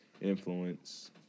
influence